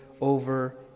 over